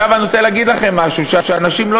אני רוצה להגיד לכם משהו שאנשים לא